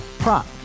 Prop